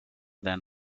than